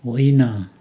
होइन